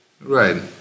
right